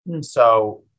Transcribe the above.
So-